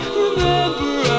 remember